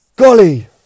golly